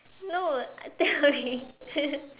no I telling